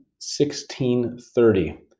1630